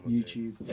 YouTube